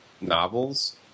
novels